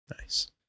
nice